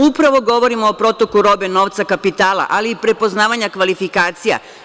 Upravo govorim o protoku robe novca kapitala, ali i prepoznavanja kvalifikacija.